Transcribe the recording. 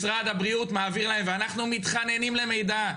משרד הבריאות מעביר להם ואנחנו מתחננים למידע,